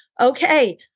okay